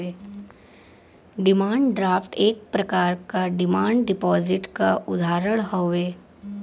demand draft एक प्रकार क डिमांड डिपाजिट क उदाहरण हउवे